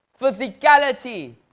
physicality